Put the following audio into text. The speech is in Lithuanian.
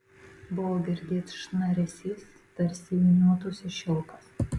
buvo girdėt šnaresys tarsi vyniotųsi šilkas